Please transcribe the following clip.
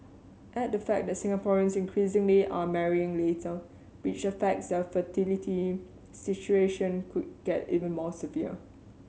add the fact that Singaporeans increasingly are marrying later which affects their fertility situation could get even more severe